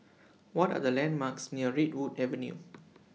What Are The landmarks near Redwood Avenue